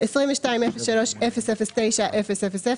22.03.009000,